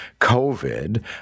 COVID